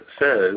says